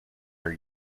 are